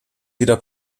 wieder